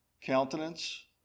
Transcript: countenance